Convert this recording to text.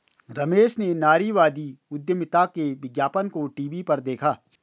रमेश ने नारीवादी उधमिता के विज्ञापन को टीवी पर देखा